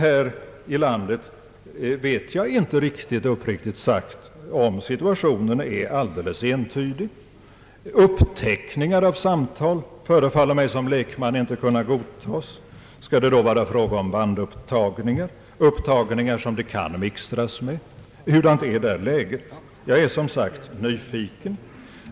Här i landet vet jag inte riktigt — uppriktigt sagt — om situationen är alldeles entydig. Uppteckning av samtal förefaller mig som lekman inte kunna godtas. Skall det då vara fråga om bandupptagningar — upptagningar som det kan mixtras med? Hurudant är läget därvidlag? Jag är som sagt nyfiken.